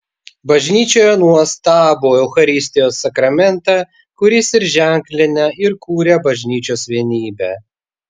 bažnyčioje nuostabų eucharistijos sakramentą kuris ir ženklina ir kuria bažnyčios vienybę